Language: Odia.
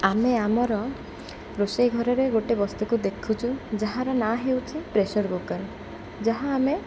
ଆମେ ଆମର ରୋଷେଇ ଘରର ଗୋଟେ ବସ୍ତୁକୁ ଦେଖୁଛୁ ଯାହାର ନାଁ ହେଉଛି ପ୍ରେସର୍ କୁକର୍ ଯାହା ଆମେ